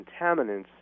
contaminants